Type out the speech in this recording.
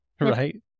Right